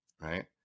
Right